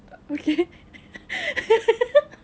uh okay